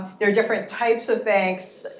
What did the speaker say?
there are different types of banks,